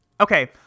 Okay